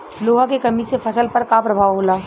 लोहा के कमी से फसल पर का प्रभाव होला?